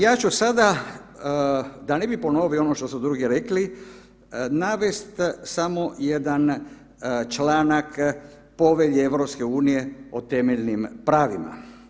Ja ću sada da ne bi ponovio ono što su drugi rekli navest samo jedan članak povelje EU o temeljnim pravima.